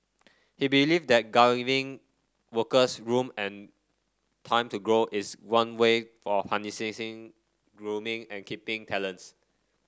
he believe that giving workers room and time to grow is one way of harnessing grooming and keeping talents